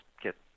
get